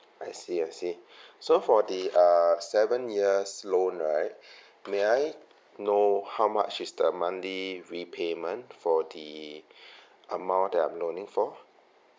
I see I see so for the err seven years loan right may I know how much is the monthly repayment for the amount that I'm loaning for